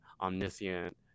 omniscient